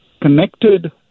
connected